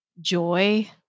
joy